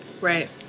right